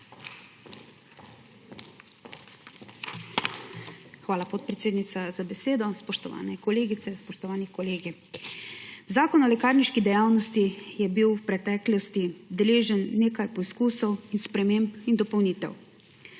Hvala, podpredsednica, za besedo. Spoštovane kolegice, spoštovani kolegi! Zakon o lekarniški dejavnosti je bil v preteklosti deležen nekaj poskusov in sprememb in dopolnitev.